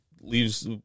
leaves –